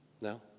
No